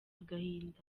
agahinda